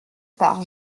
par